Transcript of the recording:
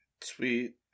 Sweet